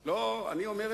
הקודם, שהיושב-ראש ישמע.